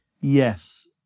Yes